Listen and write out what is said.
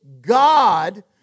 God